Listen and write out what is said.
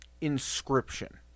Inscription